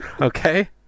Okay